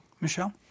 Michelle